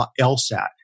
LSAT